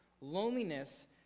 Loneliness